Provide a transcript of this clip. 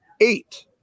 eight